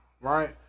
right